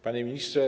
Panie Ministrze!